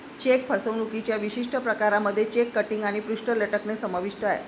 check फसवणुकीच्या विशिष्ट प्रकारांमध्ये चेक किटिंग आणि पृष्ठ लटकणे समाविष्ट आहे